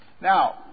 Now